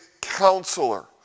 counselor